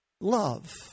love